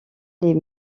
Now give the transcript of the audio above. les